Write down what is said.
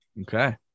Okay